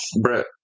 Brett